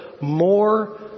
more